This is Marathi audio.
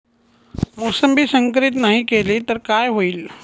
मोसंबी संकरित नाही केली तर काय होईल?